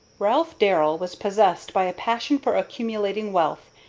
ralph darrell was possessed by a passion for accumulating wealth,